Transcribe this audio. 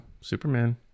Superman